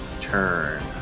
turn